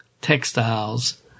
textiles